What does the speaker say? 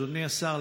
אדוני השר,